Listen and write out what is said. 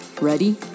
Ready